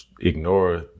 ignore